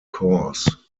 course